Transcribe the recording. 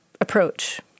approach